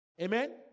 Amen